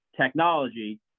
technology